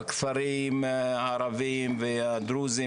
בכפרים הערבים והדרוזים,